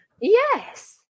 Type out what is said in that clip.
Yes